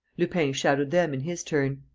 lupin shadowed them in his turn.